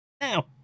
Now